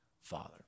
Father